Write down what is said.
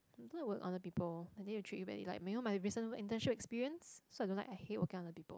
that would under people and then you treat in any like you know my recent internship experience so I don't like hate working under people